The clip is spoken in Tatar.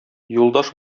юлдаш